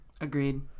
agreed